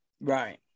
Right